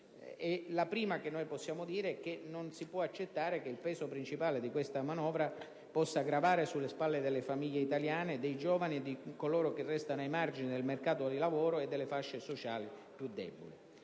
alcune cose credo che possiamo dirle. La prima è che non si può accettare che il peso principale di questa manovra possa gravare sulle spalle delle famiglie italiane, dei giovani, di coloro che restano ai margini del mercato del lavoro, delle fasce sociali più deboli.